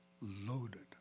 loaded